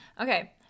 Okay